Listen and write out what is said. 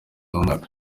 w’umwaka